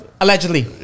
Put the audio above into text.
Allegedly